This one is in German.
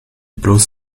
bloß